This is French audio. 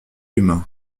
humain